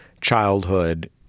childhood